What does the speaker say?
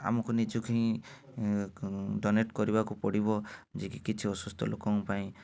ଆମକୁ ନିଜକୁ ହିଁ ଡୋନେଟ୍ କରିବାକୁ ପଡ଼ିବ ଯିଏ କି କିଛି ଅସୁସ୍ଥ ଲୋକଙ୍କ ପାଇଁ